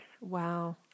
Wow